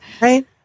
Right